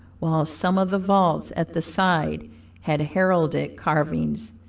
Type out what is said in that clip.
while some of the vaults at the side had heraldic carvings,